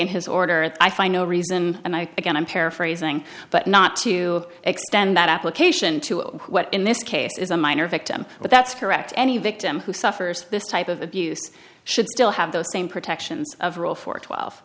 in his order i find no reason and i again i'm paraphrasing but not to extend that application to what in this case is a minor victim but that's correct any victim who suffers this type of abuse should still have those same protections of rule for twelve